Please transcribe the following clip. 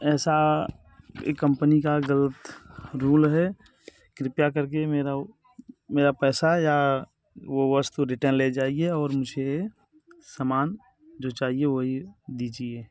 ऐसा ये कम्पनी का ग़लत रूल है कृपया कर के मेरा वो मेरा पैसा या वो वस्तु रिटर्न ले जाइए और मुझे समान जो चाहिए वही दीजिए